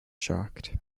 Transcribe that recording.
shocked